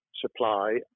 supply